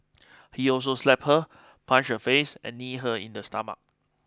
he also slapped her punched her face and kneed her in the stomach